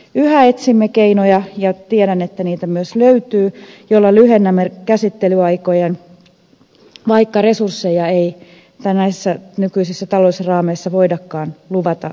yhä etsimme keinoja ja tiedän että niitä myös löytyy joilla lyhennämme käsittelyaikoja vaikka resursseja ei näissä nykyisissä talousraameissa voidakaan luvata merkittävästi lisää